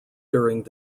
during